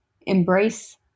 embrace